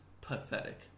pathetic